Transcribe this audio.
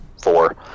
four